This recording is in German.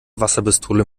wasserpistole